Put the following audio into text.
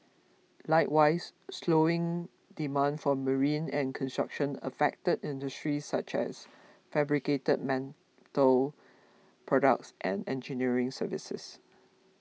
likewise slowing demand for marine and construction affected industries such as fabricated mental products and engineering services